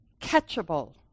catchable